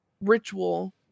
ritual